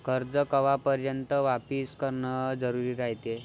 कर्ज कवापर्यंत वापिस करन जरुरी रायते?